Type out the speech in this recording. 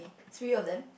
three of them